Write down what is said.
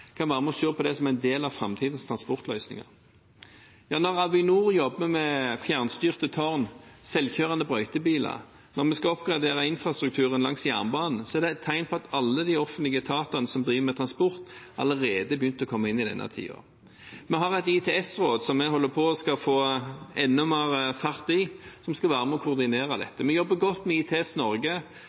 kan være med og se på det som en del av framtidens transportløsninger. Når Avinor jobber med fjernstyrte tårn, selvkjørende brøytebiler, og når vi skal oppgradere infrastrukturen langs jernbanen, er det et tegn på at alle de offentlige etatene som driver med transport, allerede har begynt å komme inn i den tiden. Vi har et ITS-råd, som vi holder på å få enda mer fart i, som skal være med og koordinere dette. Vi jobber godt med ITS Norge.